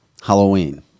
Halloween